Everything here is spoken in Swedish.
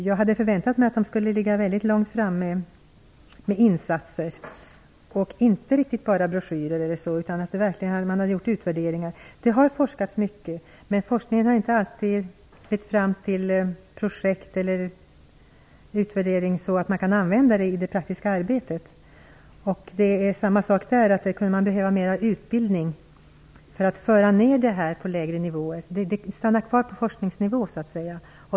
Jag hade förväntat mig att de skulle ligga väldigt långt framme med insatser, inte riktigt bara med broschyrer o.d. Jag skulle önska att man verkligen gjorde utvärderingar. Det har forskats mycket, men forskningen har inte alltid lett fram till projekt eller till en utvärdering som kan användas i det praktiska arbetet. Även där kunde det behövas mer utbildning för att föra ner detta till lägre nivåer. Det här stannar ju kvar på forskningsnivån.